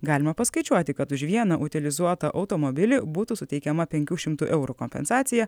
galima paskaičiuoti kad už vieną utilizuotą automobilį būtų suteikiama penkių šimtų eurų kompensacija